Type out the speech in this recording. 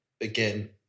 again